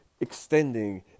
extending